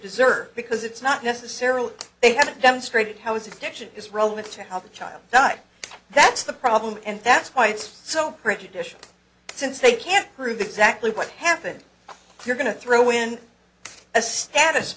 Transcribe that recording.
deserve because it's not necessarily they haven't demonstrated how is it protection is relevant to help a child die that's the problem and that's why it's so prejudicial since they can't prove exactly what happened you're going to throw in a status